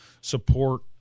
support